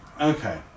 okay